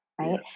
Right